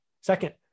Second